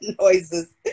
noises